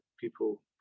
people